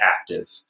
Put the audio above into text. active